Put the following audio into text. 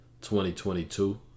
2022